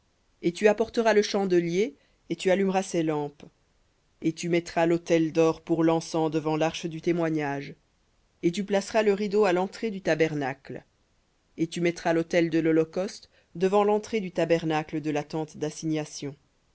et tu apporteras le chandelier et tu allumeras ses lampes et tu mettras l'autel d'or pour l'encens devant l'arche du témoignage et tu placeras le rideau à l'entrée du tabernacle et tu mettras l'autel de l'holocauste devant l'entrée du tabernacle de la tente d'assignation